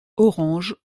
orange